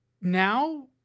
now